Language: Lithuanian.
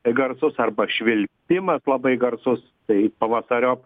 garsus arba švilpimas labai garsus tai pavasariop